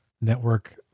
network